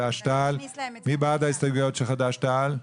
מי בעד ההסתייגות של חד"ש-תע"ל?